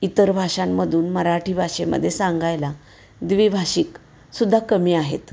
इतर भाषांमधून मराठी भाषेमध्ये सांगायला द्विभाषिक सुद्धा कमी आहेत